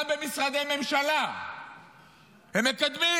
גם במשרדי ממשלה הם מקדמים.